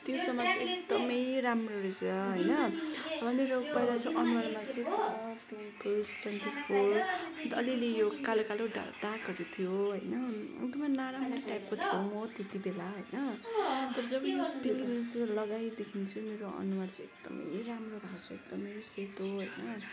त्यो सामान चाहिँ एकदमै राम्रो रहेछ होइन मेरो पहिला चाहिँ अनुहारमा चाहिँ पुरा पिम्पल्स् डन्टिफोर अन्त अलिअलि यो कालो कालो दाग दागहरू थियो होइन अन्त त्यो नराम्रो टाइपको थियो म त्यतिबेला होइन तर जब यो पिलग्रिम्स चाहिँ लगाएदेखि चाहिँ मेरो अनुहार चाहिँ एकदमै राम्रो भएको छ एकदमै सेतो होइन